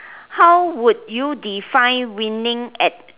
how would you define winning at